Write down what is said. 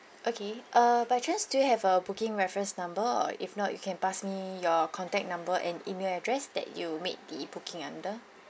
okay uh by chance do you have a booking reference number if not you can pass me your contact number and email address that you made the booking under